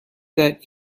that